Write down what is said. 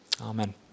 Amen